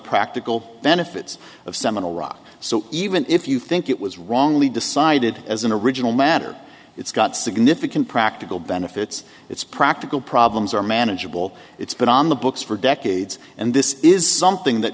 practical benefits of some in iraq so even if you think it was wrongly decided as an original matter it's got significant practical benefits it's practical problems are manageable it's been on the books for decades and this is something that